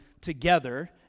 together